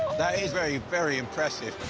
that is very, very impressive.